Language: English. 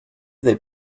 they